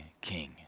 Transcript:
king